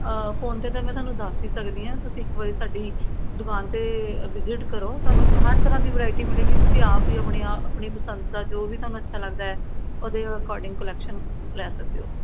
phone 'ਤੇ ਤਾਂ ਮੈਂ ਤੁਹਾਨੂੰ ਦੱਸ ਹੀ ਸਕਦੀ ਹਾਂ ਤੁਸੀਂ ਇੱਕ ਵਾਰੀ ਸਾਡੀ ਦੁਕਾਨ 'ਤੇ ਅ ਵਿਜਿਟ ਕਰੋ ਤੁਹਾਨੂੰ ਹਰ ਤਰ੍ਹਾਂ ਦੀ ਵਰਾਇਟੀ ਮਿਲੇਗੀ ਤੁਸੀਂ ਆਪ ਹੀ ਆਪਣੇ ਆਪਣੀ ਪਸੰਦ ਦਾ ਜੋ ਵੀ ਤੁਹਾਨੂੰ ਅੱਛਾ ਲੱਗਦਾ ਉਹਦੇ ਅਕੋਡਿੰਗ ਕਲੈਕਸ਼ਨ ਲੈ ਸਕਦੇ ਹੋ